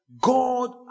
God